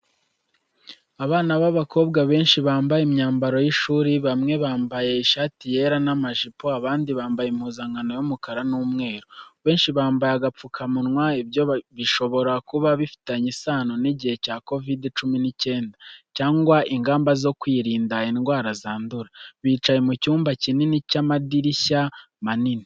Abana b'abakobwa benshi, bambaye imyambaro y’ishuri, bamwe bambaye ishati yera n'amajipo, abandi bambaye impuzankano y’umukara n’umweru. Benshi bambaye agapfukamunwa, ibyo bishobora kuba bifitanye isano n'igihe cya COVID-cumi n'icyenda cyangwa ingamba zo kwirinda indwara zandura. Bicaye mu cyumba kinini cy’amadirishya manini.